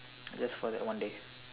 just for that one day